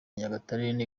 nyagatare